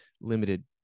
limited